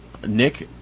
Nick